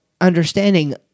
understanding